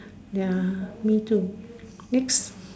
ya me too next